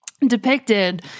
depicted